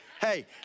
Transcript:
hey